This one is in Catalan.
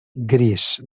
gris